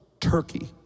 Turkey